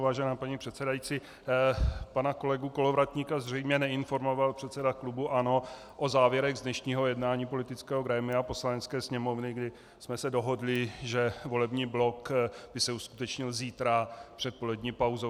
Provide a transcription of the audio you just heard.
Vážená paní předsedající, pana kolegu Kolovratníka zřejmě neinformoval předseda klubu ANO o závěrech z dnešního jednání politického grémia Poslanecké sněmovny, kdy jsme se dohodli, že volební blok by se uskutečnil zítra před polední pauzou.